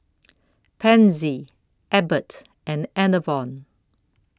Pansy Abbott and Enervon